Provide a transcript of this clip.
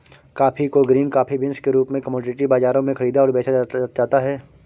coffee को green coffee beans के रूप में कॉमोडिटी बाजारों में खरीदा और बेचा जाता है